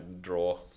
Draw